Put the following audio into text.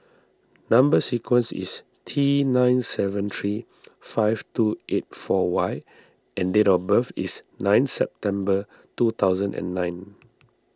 Number Sequence is T nine seven three five two eight four Y and date of birth is nine September two thousand and nine